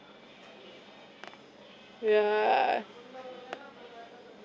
yeah